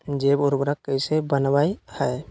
जैव उर्वरक कैसे वनवय हैय?